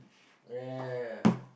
ya ya